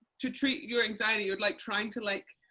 to treat your anxiety you're like trying to like,